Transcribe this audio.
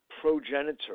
progenitor